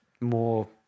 more